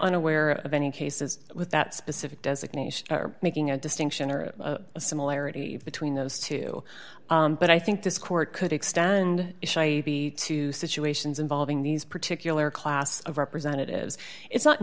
unaware of any cases with that specific designation making a distinction or a similarity between those two but i think this court could extend to situations involving these particular class of representatives it's not